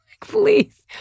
please